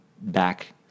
back